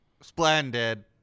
Splendid